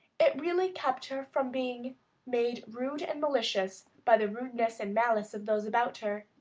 it really kept her from being made rude and malicious by the rudeness and malice of those about her.